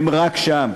הם רק שם.